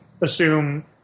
assume